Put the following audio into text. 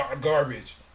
garbage